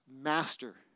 master